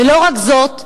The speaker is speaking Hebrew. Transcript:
ולא רק זאת,